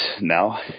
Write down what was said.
now